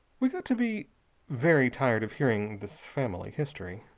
we got to be very tired of hearing this family history.